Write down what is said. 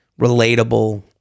relatable